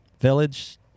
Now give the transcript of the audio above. village